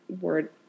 word